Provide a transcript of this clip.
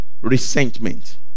Resentment